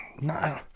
No